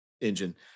engine